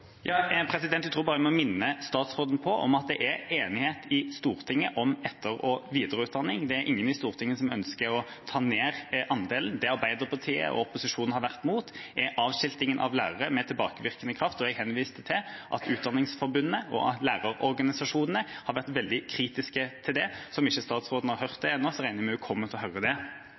Jeg tror jeg må minne statsråden på at det er enighet i Stortinget om etter- og videreutdanning. Det er ingen i Stortinget som ønsker å ta ned den andelen. Det Arbeiderpartiet og opposisjonen har vært imot, er avskiltingen av lærere med tilbakevirkende kraft, og jeg henviser til at Utdanningsforbundet, lærerorganisasjonene, har vært veldig kritiske til det. Hvis statsråden ikke har hørt det ennå, regner jeg med at hun kommer til å høre det